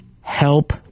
help